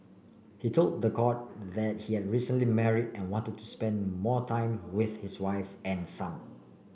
he told the court that he had recently marry and wanted to spend more time with his wife and son